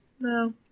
no